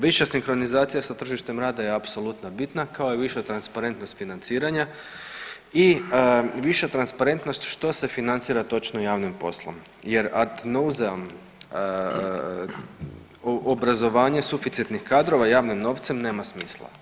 Više sinkronizacije sa tržištem rada je apsolutno bitna kao i viša transparentnost financiranja i viša transparentnost što se financira točno javnim poslom jer ad nauseam obrazovanje suficitnih kadrova javnim novcem nema smisla.